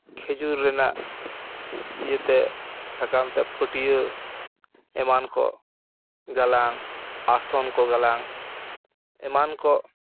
ᱠᱷᱮᱡᱩᱨ ᱨᱮᱱᱟᱜ ᱤᱭᱟᱹᱛᱮ ᱥᱟᱠᱟᱢᱛᱮ ᱯᱟᱹᱴᱭᱟᱹ ᱮᱢᱟᱱ ᱠᱚ ᱜᱟᱞᱟᱝ ᱟᱥᱚᱱ ᱠᱚ ᱜᱟᱞᱟᱝ ᱮᱢᱟᱱ ᱠᱚ